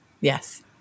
Yes